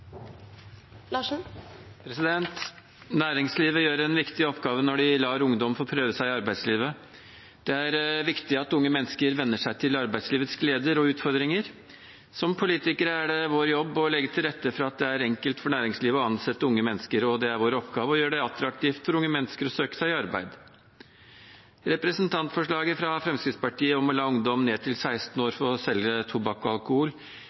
viktig at unge mennesker venner seg til arbeidslivets gleder og utfordringer. Som politikere er det vår jobb å legge til rette for at det er enkelt for næringslivet å ansette unge mennesker, og det er vår oppgave å gjøre det attraktivt for unge mennesker å søke arbeid. Representantforslaget fra Fremskrittspartiet om å la ungdom ned til 16 år få selge tobakk og alkohol